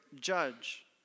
judge